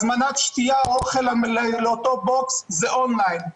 הזמנת שתייה, אוכל לאותו בוקס זה אונליין.